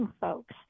folks